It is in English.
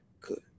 Good